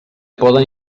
poden